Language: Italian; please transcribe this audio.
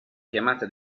chiamata